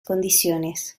condiciones